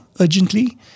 urgently